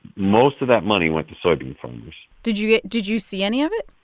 most of that money went to soybean farmers did you get did you see any of it?